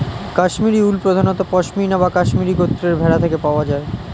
Kashmiri wool প্রধানত পশমিনা বা কাশ্মীরি গোত্রের ভেড়া থেকে পাওয়া যায়